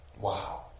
Wow